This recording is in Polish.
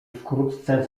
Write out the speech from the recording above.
wkrótce